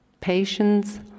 Patience